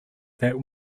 that